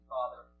Father